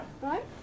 Right